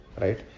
Right